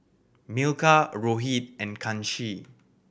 Milkha Rohit and Kanshi